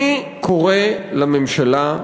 אני קורא לממשלה,